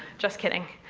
just kidding.